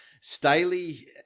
Staley